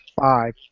five